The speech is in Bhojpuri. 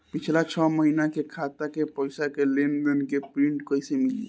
पिछला छह महीना के खाता के पइसा के लेन देन के प्रींट कइसे मिली?